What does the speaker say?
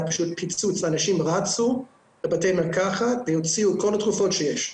פשוט אנשים רצו לבתי מרקחת והוציאו את כל התרופות שיש.